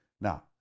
Now